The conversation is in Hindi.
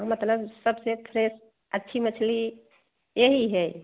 मतलब सब से फ्रेस अच्छी मछली यही है